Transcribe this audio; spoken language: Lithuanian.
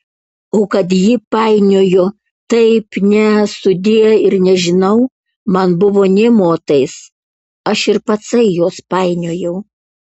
o kad ji painiojo taip ne sudie ir nežinau man buvo nė motais aš ir patsai juos painiojau